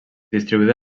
distribuïda